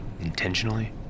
intentionally